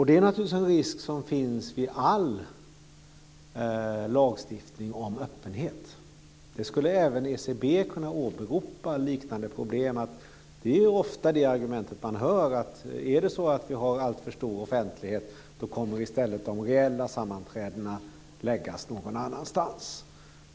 Det är naturligtvis en risk som finns i fråga om all lagstiftning om öppenhet. Liknande problem skulle även ECB kunna åberopa. Det är ofta det argument som man hör, att om vi har alltför stor offentlighet kommer i stället de reella sammanträdena att läggas någon annanstans.